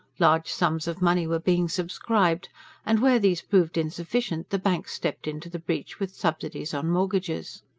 large sums of money were being subscribed and, where these proved insufficient, the banks stepped into the breach with subsidies on mortgages.